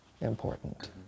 important